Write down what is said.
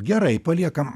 gerai paliekam